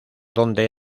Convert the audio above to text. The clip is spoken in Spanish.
dónde